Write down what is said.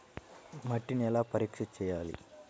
మట్టిని ఎలా పరీక్ష చేయాలి?